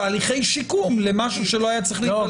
תהליכי שיקום למשהו שלא היה צריך להיוולד.